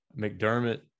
McDermott